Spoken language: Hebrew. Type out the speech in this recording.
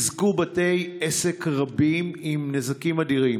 בתי עסק רבים ניזוקו נזקים אדירים.